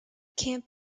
camp